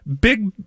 Big